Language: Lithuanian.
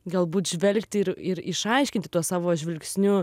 galbūt žvelgti ir ir išaiškinti tuo savo žvilgsniu